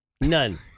None